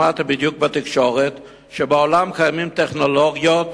שמעתי בדיוק בתקשורת, שבעולם קיימות טכנולוגיות